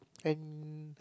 and